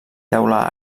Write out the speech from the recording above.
teula